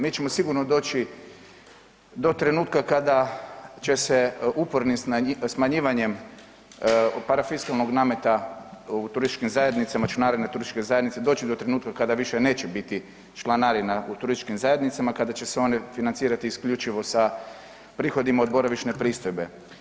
Mi ćemo sigurno doći do trenutka kada će se upornim smanjivanjem parafiskalnog nameta u turističkim zajednicama, članarine turističke zajednice doći do trenutka kada više neće biti članarina u turističkim zajednicama, kada će se one financirati isključivo sa prihodima od boravišne pristojbe.